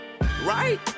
Right